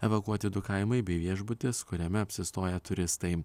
evakuoti du kaimai bei viešbutis kuriame apsistoję turistai